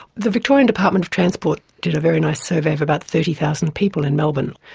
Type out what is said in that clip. the victorian department of transport did a very nice survey of about thirty thousand people in melbourne.